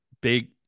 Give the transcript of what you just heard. big